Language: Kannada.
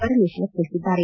ಪರಮೇಶ್ವರ್ ತಿಳಿಸಿದ್ದಾರೆ